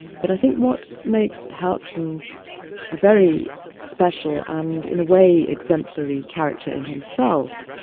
but i think what makes hertzen a very special and in a way exemplary character in himself,